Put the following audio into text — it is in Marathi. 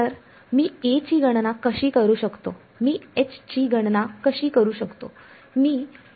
तर मी A ची गणना कशी करू शकतो मी H ची गणना कशी करू शकतो E ची गणना कशी करू शकतो